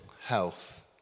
health